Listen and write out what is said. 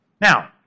Now